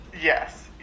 Yes